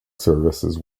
services